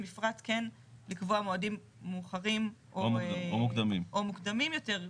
במפרט מועדים מאוחרים או מוקדמים יותר,